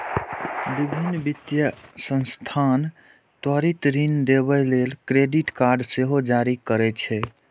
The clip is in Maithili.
विभिन्न वित्तीय संस्थान त्वरित ऋण देबय लेल क्रेडिट कार्ड सेहो जारी करै छै